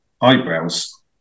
eyebrows